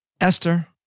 Esther